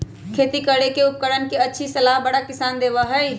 खेती करे के उपकरण के अच्छी सलाह बड़ा किसान देबा हई